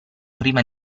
prima